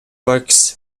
works